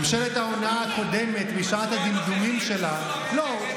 ממשלת ההונאה הקודמת, בשעת הדמדומים שלה, לא.